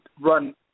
run